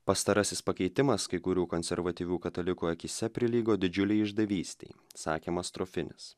pastarasis pakeitimas kai kurių konservatyvių katalikų akyse prilygo didžiulei išdavystei sakė mastrofinis